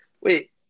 Wait